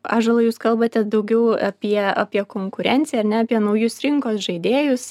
ąžuolai jūs kalbate daugiau apie apie konkurenciją ar ne apie naujus rinkos žaidėjus